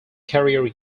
career